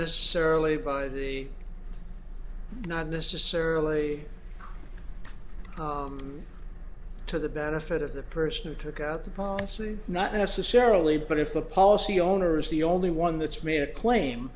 necessarily by the not necessarily to the benefit of the person who took out the policy not necessarily but if the policy owner is the only one that's made a claim